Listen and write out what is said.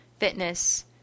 Fitness